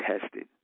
tested